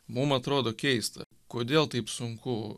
mum atrodo keista kodėl taip sunku